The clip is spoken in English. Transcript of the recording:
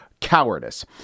cowardice